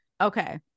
Okay